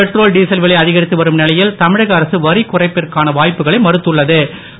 petrol diesel விலை அதிகரித்து வரும் நிலையில் தமிழக அரசு வரிக் குறைப்பிற்கான மாற்றங்களை மறுத்துள்ள து